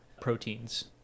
proteins